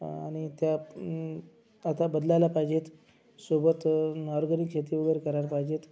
आणि त्यात आता बदलायला पाहिजेत सोबत ऑरगॅनिक शेती वगैरे करायला पायजेत